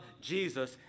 jesus